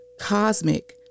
cosmic